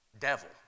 Devil